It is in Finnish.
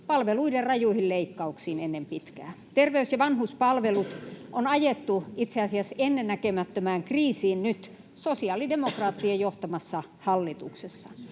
palveluiden rajuihin leikkauksiin ennen pitkää. Terveys- ja vanhuspalvelut on ajettu itse asiassa ennennäkemättömään kriisiin nyt sosiaalidemokraattien johtamassa hallituksessa.